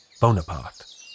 Bonaparte